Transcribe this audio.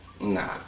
nah